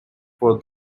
for